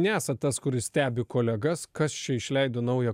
nesat tas kuris stebi kolegas kas čia išleido naują